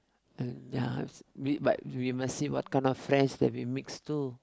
uh ya we but we must see what kind of friends that we mix too